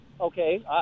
Okay